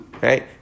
right